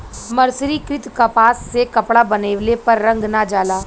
मर्सरीकृत कपास से कपड़ा बनवले पर रंग ना जाला